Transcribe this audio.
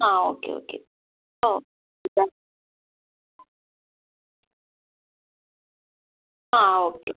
ആ okay okay ഓ ഇപ്പം ആ ഓക്കെ